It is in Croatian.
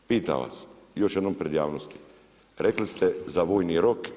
Pitam vas još jednom pred javnosti, rekli ste za vojni rok.